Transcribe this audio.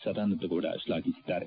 ಸದಾನಂದ ಗೌಡ ಶ್ಲಾಘಿಸಿದ್ದಾರೆ